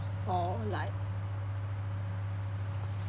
or like